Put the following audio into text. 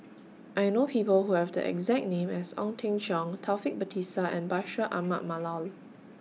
I know People Who Have The exact name as Ong Teng Cheong Taufik Batisah and Bashir Ahmad Mallal